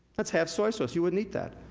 that's half soy sauce, you wouldn't eat that.